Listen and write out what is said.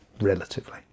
relatively